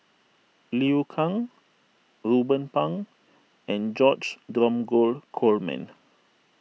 Liu Kang Ruben Pang and George Dromgold Coleman